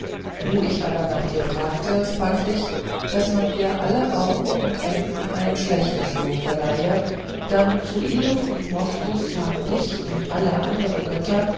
wo ich aber nach dir fragte fand ich daß man dir aller orten und enden ein schlechtes lob verliehe dann zoilus und moscus haben dich und alle andere götter